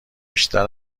بیشتر